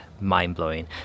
mind-blowing